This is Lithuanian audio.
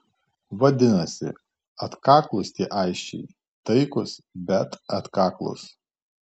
vadinasi atkaklūs tie aisčiai taikūs bet atkaklūs